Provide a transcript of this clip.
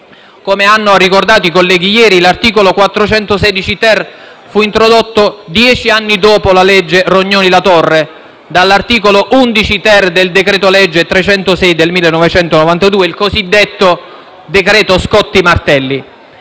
Come hanno ricordato ieri i colleghi, l'articolo 416-*ter* fu introdotto dieci anni dopo la legge Rognoni-La Torre, dall'articolo 11-*ter* del decreto-legge n. 306 del 1992 (il cosiddetto decreto Scotti-Martelli),